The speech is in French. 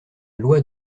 loi